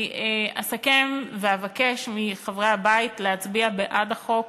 אני אסכם ואבקש מחברי הבית להצביע בעד החוק